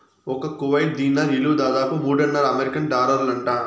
ఒక్క Kuwait dinar ఇలువ దాదాపు మూడున్నర అమెరికన్ డాలర్లంట